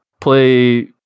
play